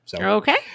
Okay